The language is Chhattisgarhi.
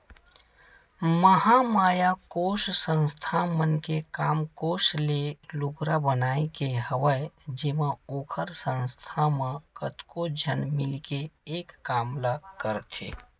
महामाया कोसा संस्था मन के काम कोसा ले लुगरा बनाए के हवय जेमा ओखर संस्था म कतको झन मिलके एक काम ल करथे